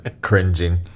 cringing